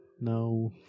No